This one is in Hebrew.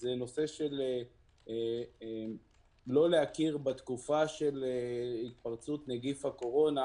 זה נושא שלא להכיר בתקופה של התפרצות נגיף הקורונה